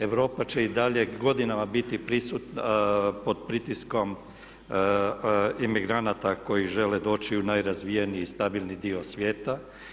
Europa će i dalje godinama biti pod pritiskom imigranata koji žele doći u najrazvijeniji stabilni dio svijeta.